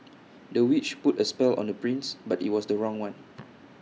the witch put A spell on the prince but IT was the wrong one